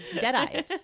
dead-eyed